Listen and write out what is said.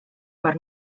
per